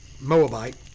Moabite